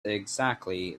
exactly